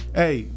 hey